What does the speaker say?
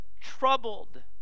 troubled